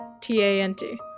T-A-N-T